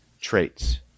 traits